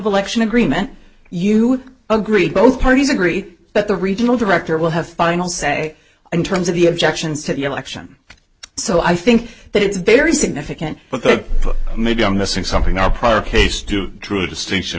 election agreement you agree both parties agree but the regional director will have final say in terms of the objections to the election so i think that it's very significant but that maybe i'm missing something our prior case to true distinction